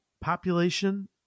population